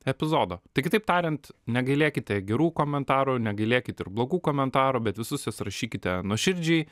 epizodo tai kitaip tariant negailėkite gerų komentarų negailėkit blogų komentarų bet visus juos rašykite nuoširdžiai